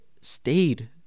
stayed